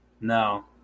No